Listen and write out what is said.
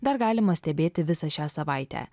dar galima stebėti visą šią savaitę